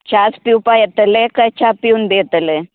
च्याच पिवपा येतले कांय चा पिवन बी येतले